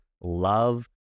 love